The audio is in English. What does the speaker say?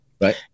Right